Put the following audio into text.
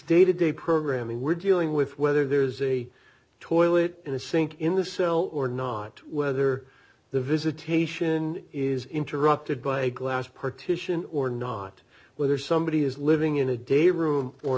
day to day programming we're dealing with whether there's a toilet and a sink in the cell or not whether the visitation is interrupted by a glass partition or not whether somebody is living in a day room or